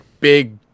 big